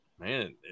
man